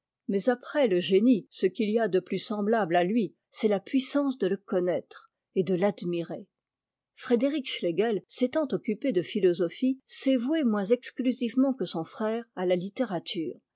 mais après le génie ce qu'il y a de plus semblable à lui c'est la puissance de le connaître et de l'admirer frédéric schlegel s'étant occupé dephilosophie s'est voué moins exclusivement que son frère à la littérature